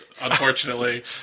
unfortunately